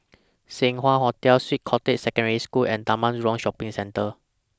Seng Wah Hotel Swiss Cottage Secondary School and Taman Jurong Shopping Centre